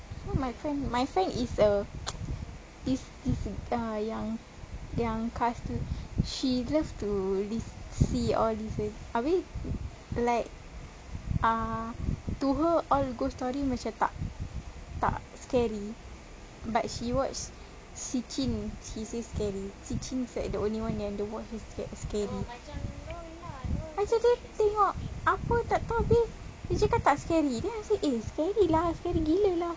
my friend my friend is a this yang yang cast she loves to see all these seh I mean like err to her all ghost story macam tak tak scary but she watch shrieking she say scary it's the only one she watch that scary macam dia tengok apa tak tahu abeh dia cakap tak scary then I say eh scary lah scary gila lah